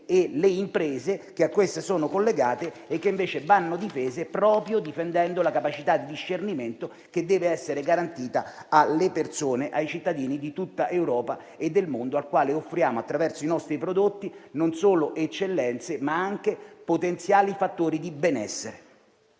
e le imprese che a queste sono collegate e che, invece, vanno tutelate proprio difendendo la capacità di discernimento che deve essere garantita alle persone, ai cittadini di tutta Europa e del mondo, ai quali offriamo, attraverso i nostri prodotti non solo eccellenze, ma anche potenziali fattori di benessere.